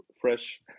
fresh